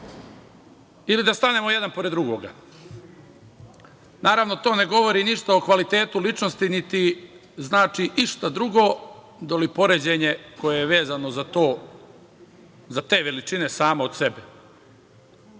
ili da stanemo jedan pored drugoga. Naravno, to ne govori ništa o kvalitetu ličnosti, niti znači išta drugo do li poređenje koje je vezano za to, za te veličine same od sebe.Zašto